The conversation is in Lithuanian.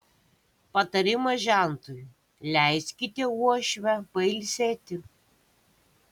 patarimas žentui leiskite uošvę pailsėti